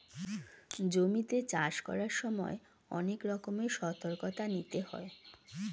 জমিতে চাষ করার সময় অনেক রকমের সতর্কতা নিতে হয়